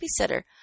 babysitter